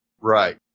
Right